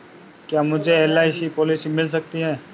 क्या मुझे LIC policy मिल सकती है?